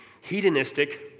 hedonistic